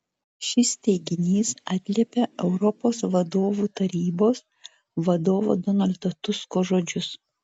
šis teiginys atliepia europos vadovų tarybos vadovo donaldo tusko žodžius